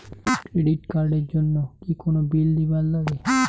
Credit card এর জন্যে কি কোনো বিল দিবার লাগে?